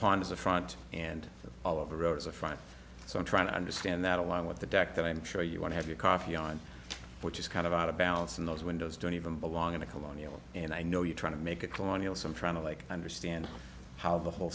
the front and all of the rows of front so i'm trying to understand that along with the deck that i'm sure you want to have your coffee on which is kind of out of balance and those windows don't even belong in a colonial and i know you're trying to make a colonial some trying to like understand how the whole